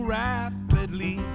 rapidly